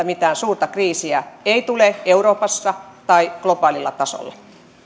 mitään suurta kriisiä ei tule euroopassa tai globaalilla tasolla